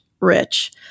rich